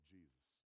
Jesus